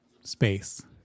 space